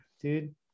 dude